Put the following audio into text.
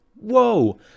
whoa